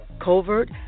covert